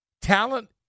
Talent